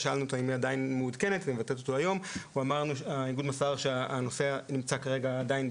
שאלנו אותו אם היא עדיין מעודכנת והאיגוד מסר שהנושא נמצא בבדיקה,